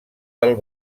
del